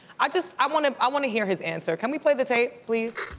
i just, i wanna i wanna hear his answer. can we play the tape, please.